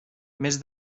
mes